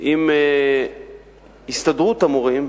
עם הסתדרות המורים,